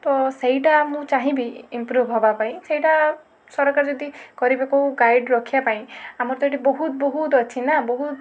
ତ ସେଇଟା ମୁଁ ଚାହିଁବି ଇମ୍ପରୁଭ ହବା ପାଇଁ ସେଇଟା ସରକାର ଯଦି କରିବାକୁ ଗାଇଡ଼ ରଖିବା ପାଇଁ ଆମର ତ ଏଇଠି ବହୁତ ବହୁତ ଅଛି ନା ବହୁତ